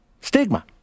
stigma